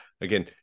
again